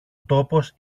τόπος